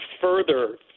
further